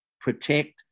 protect